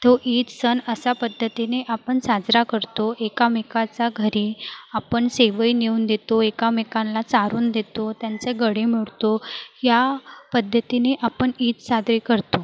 तो ईद सण अशा पद्धतीने आपण साजरा करतो एकमेकाच्या घरी आपण शेवई नेऊन देतो एकामेकांला चारून देतो त्यांचं गळे मिळतो या पद्धतीने आपण ईद सादरी करतो